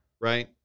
right